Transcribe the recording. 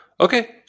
Okay